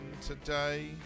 today